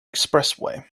expressway